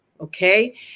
okay